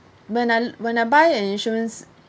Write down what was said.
when I when I buy an insurance